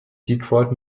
detroit